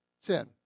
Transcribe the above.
sin